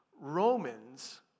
Romans